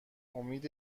امید